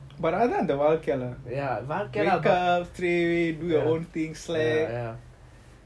but I like the அதன் அந்த வழிகளை:athan antha vazhakala lah wake up sleep do your own thing slack